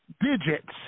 digits